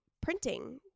printing